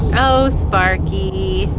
ohhh sparky